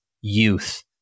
youth